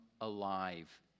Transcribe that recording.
alive